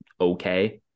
Okay